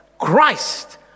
Christ